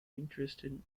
interested